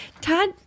Todd